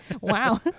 Wow